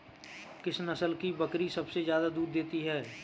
किस नस्ल की बकरी सबसे ज्यादा दूध देती है?